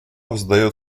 воздает